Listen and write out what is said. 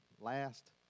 last